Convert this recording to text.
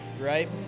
right